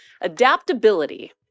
adaptability